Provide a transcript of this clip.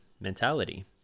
mentality